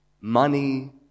money